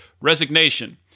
resignation